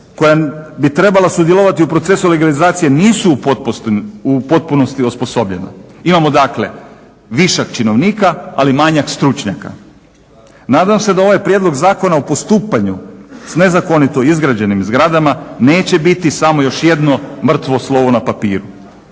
koja bi trebala sudjelovati u procesu legalizacije nisu u potpunosti osposobljena. Imamo dakle višak činovnika, ali manjak stručnjaka. Nadam se da ovaj Prijedlog zakona o postupanju s nezakonito izgrađenim zgradama neće biti samo još jedno mrtvo slovo na papiru.